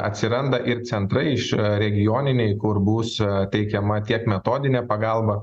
atsiranda ir centrai iš regioniniai kur bus teikiama tiek metodinė pagalba